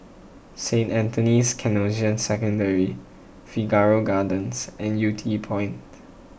Saint Anthony's Canossian Secondary Figaro Gardens and Yew Tee Point